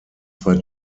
zwei